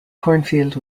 cornfield